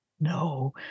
no